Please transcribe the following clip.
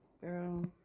Girl